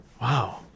Wow